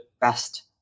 best